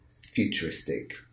futuristic